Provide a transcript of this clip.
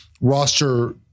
roster